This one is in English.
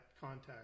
contact